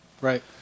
right